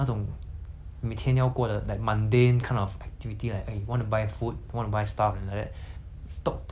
activity like eh want to buy food want to buy stuff like that talk to her more than asking her about life and how she feel and such like that lah